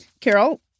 Carol